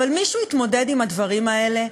אבל מישהו התמודד עם הדברים האלה,